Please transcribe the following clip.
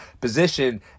position